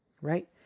Right